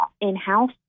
in-house